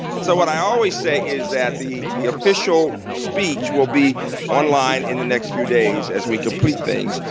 and so what i always say is that the the official speech will be online in the next few days as we complete things,